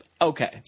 okay